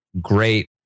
great